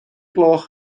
gloch